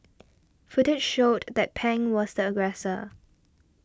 footage showed that Pang was the aggressor